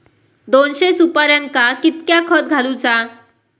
दोनशे सुपार्यांका कितक्या खत घालूचा?